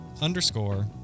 underscore